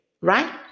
right